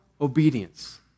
obedience